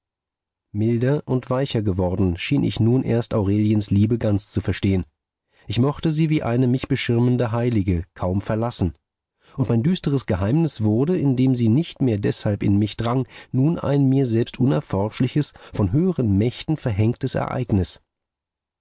milder und weicher geworden schien ich nun erst aureliens liebe ganz zu verstehen ich mochte sie wie eine mich beschirmende heilige kaum verlassen und mein düsteres geheimnis wurde indem sie nicht mehr deshalb in mich drang nun ein mir selbst unerforschliches von höheren mächten verhängtes ereignis